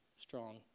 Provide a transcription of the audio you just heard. strong